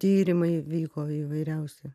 tyrimai vyko įvairiausi